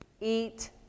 eat